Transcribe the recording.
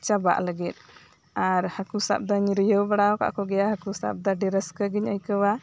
ᱪᱟᱵᱟᱜ ᱞᱟᱹᱜᱤᱫ ᱟᱨ ᱦᱟᱠᱩ ᱥᱟᱵ ᱫᱚᱧ ᱨᱤᱭᱟᱹᱣ ᱵᱟᱲᱟ ᱟᱠᱟᱫᱠᱩ ᱜᱮᱭᱟ ᱦᱟᱹᱠᱩ ᱥᱟᱵ ᱫᱚ ᱟᱹᱰᱤ ᱨᱟᱹᱥᱠᱟᱹ ᱜᱤᱧ ᱟᱹᱭᱠᱟᱹᱣᱟ